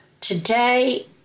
today